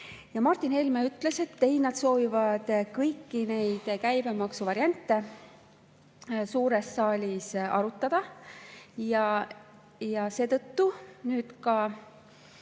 Martin Helme ütles, et ei, nad soovivad kõiki neid käibemaksuvariante suures saalis arutada. Seetõttu nii